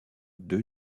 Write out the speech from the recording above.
deux